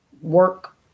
work